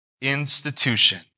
institution